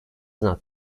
not